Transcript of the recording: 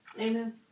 Amen